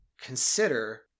consider